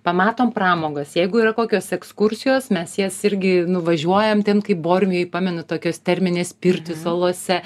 pamatom pramogas jeigu yra kokios ekskursijos mes jas irgi nuvažiuojam ten kaip bormėj jei pamenu tokios terminės pirtys salose